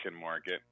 market